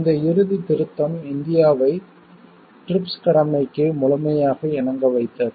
இந்த இறுதித் திருத்தம் இந்தியாவை TRIPS கடமைக்கு முழுமையாக இணங்க வைத்தது